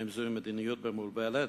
האם זוהי מדיניות מבולבלת?